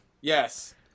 Yes